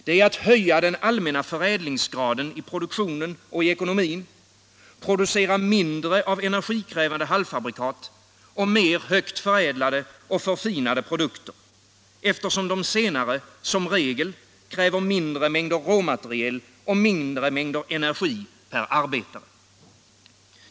Det är att höja den allmänna förädlingsgraden i ekonomin, producera mindre energikrävande halvfabrikat och mer högt förädlade och förfinade produkter, eftersom de senare som regel kräver mindre mängder råmaterial och energi per arbetare.